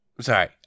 sorry